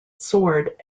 sword